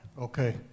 Okay